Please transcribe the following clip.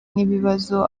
n’ibibazo